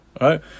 Right